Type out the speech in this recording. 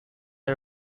are